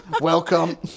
Welcome